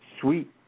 Sweet